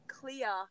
clear